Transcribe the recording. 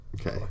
Okay